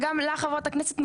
וגם לך חברת הכנסת,